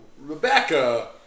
Rebecca